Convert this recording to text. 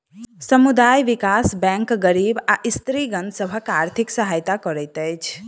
समुदाय विकास बैंक गरीब आ स्त्रीगण सभक आर्थिक सहायता करैत अछि